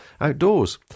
outdoors